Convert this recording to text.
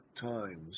times